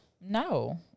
No